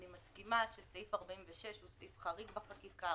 שאני מסכימה שסעיף 46 הוא סעיף חריג בחקיקה,